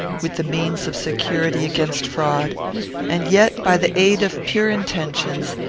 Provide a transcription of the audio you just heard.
with the means of security against fraud and yet, by the aid of pure intentions,